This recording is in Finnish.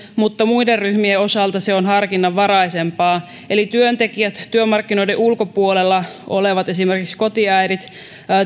mutta muiden ryhmien osalta se on harkinnanvaraisempaa eli työmarkkinoiden ulkopuolella olevat työntekijät esimerkiksi kotiäidit